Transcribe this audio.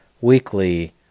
weekly